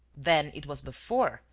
then it was before,